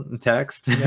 text